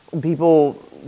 people